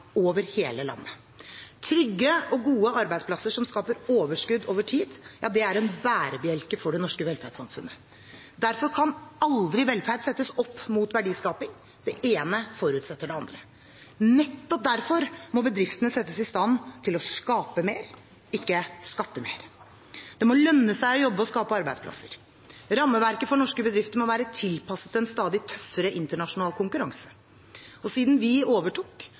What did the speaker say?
over hele landet. Trygge og gode arbeidsplasser som skaper overskudd over tid, er en bærebjelke for det norske velferdssamfunnet. Derfor kan velferd aldri settes opp mot verdiskaping – det ene forutsetter det andre. Nettopp derfor må bedriftene settes i stand til å skape mer, ikke skatte mer. Det må lønne seg å jobbe og skape arbeidsplasser. Rammeverket for norske bedrifter må være tilpasset en stadig tøffere internasjonal konkurranse. Siden vi overtok,